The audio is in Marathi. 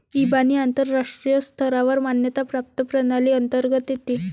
इबानी आंतरराष्ट्रीय स्तरावर मान्यता प्राप्त प्रणाली अंतर्गत येते